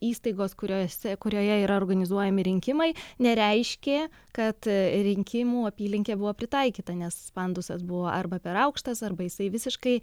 įstaigos kurioj esi kurioje yra organizuojami rinkimai nereiškė kad rinkimų apylinkė buvo pritaikyta nes pandusas buvo arba per aukštas arba jisai visiškai